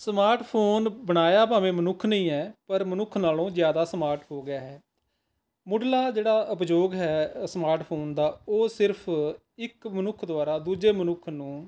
smart phone ਬਣਾਇਆ ਭਾਵੇਂ ਮਨੁੱਖ ਨੇ ਹੀ ਹੈ ਪਰ ਮਨੁੱਖ ਨਾਲੋਂ ਜ਼ਿਆਦਾ ਸਮਾਰਟ ਹੋ ਗਿਆ ਹੈ ਮੁੱਢਲਾ ਜਿਹੜਾ ਉਪਯੋਗ ਹੈ ਅ ਸਮਾਰਟ ਫ਼ੋਨ ਦਾ ਉਹ ਸਿਰਫ਼ ਇੱਕ ਮਨੁੱਖ ਦੁਆਰਾ ਦੂਜੇ ਮਨੁੱਖ ਨੂੰ